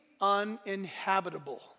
uninhabitable